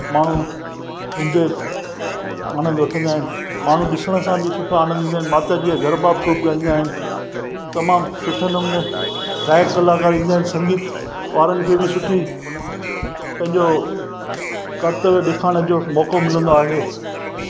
माण्हू इंजॉय आनंदु वठंदा आहिनि माण्हू ॾिसण सां बि सुठो आनंदु ॾींदा आहिनि माताजी जा गरबा ख़ूबु ॻाईंदा आहिनि तमामु सुठे नमूने गायक कलाकार ईंदा आहिनि संगीत ॿारनि खे बि सुठी पंहिंजो कर्तव्य ॾेखारण जो मौक़ो मिलंदो आहे